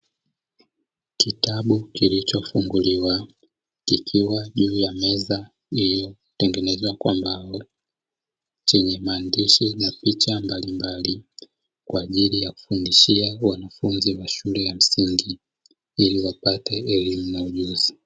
Kitabu kilichofunguliwa kikiwa juu ya meza iliyotengenezwa kwa mbao, chenye maandishi na picha mbalimbali kwa ajili ya kufundishia wanafunzi wa shule ya msingi ili wapate elimu na ujuzi.